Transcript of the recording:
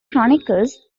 chronicles